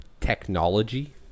Technology